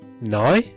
Now